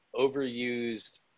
overused